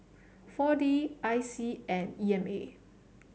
four D I C and E M A